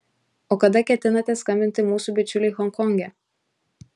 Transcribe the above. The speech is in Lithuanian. o kada ketinate skambinti mūsų bičiuliui honkonge